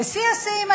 ושיא השיאים,